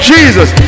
Jesus